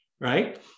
right